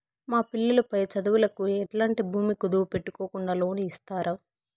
మా పిల్లలు పై చదువులకు ఎట్లాంటి భూమి కుదువు పెట్టుకోకుండా లోను ఇస్తారా